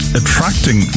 attracting